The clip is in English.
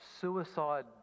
suicide